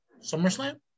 SummerSlam